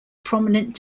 prominent